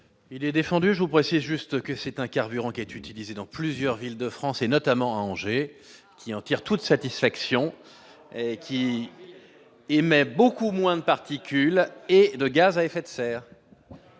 Il est défendu, je vous précise juste que c'est un carburant qui est utilisé dans plusieurs villes de France et notamment à Angers, qui en tire toute satisfaction et qui émet beaucoup moins de particules et de gaz à effet de serre.